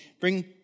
bring